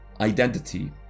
identity